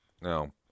No